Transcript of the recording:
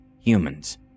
humans